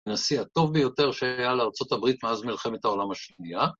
נשיא הטוב ביותר שהיה לארה״ב מאז מלחמת העולם השנייה.